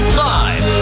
live